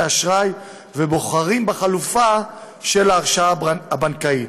אשראי ובוחרים בחלופה של ההרשאה הבנקאית.